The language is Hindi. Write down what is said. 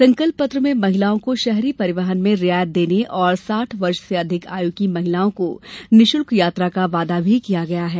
संकल्प पत्र में महिलाओं को शहरी परिवहन में रियायत देने और साठ वर्ष से अधिक आय् की महिलाओं को निःशुल्क यात्रा का वादा भी किया गया है